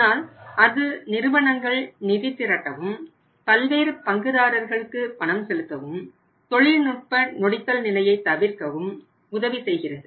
ஆனால் அது நிறுவனங்கள் நிதி திரட்டவும் பல்வேறு பங்குதாரர்களுக்கு பணம் செலுத்தவும் தொழில்நுட்ப நொடித்தல் நிலையை தவிர்க்கவும் உதவி செய்கிறது